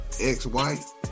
ex-wife